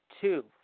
Two